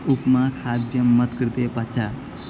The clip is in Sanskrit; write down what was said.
उप्मा खाद्यम् मत्कृते पच